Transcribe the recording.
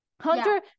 hunter